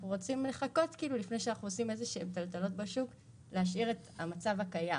אנחנו רוצים לחכות לפני איזו פעולה בשוק להשאיר את המצב הקיים